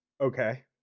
Okay